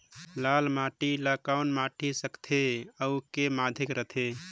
लाल माटी ला कौन माटी सकथे अउ के माधेक राथे?